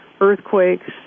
earthquakes